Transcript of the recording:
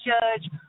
judge